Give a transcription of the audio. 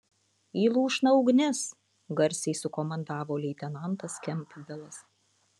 į lūšną ugnis garsiai sukomandavo leitenantas kempbelas